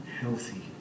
healthy